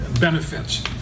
benefits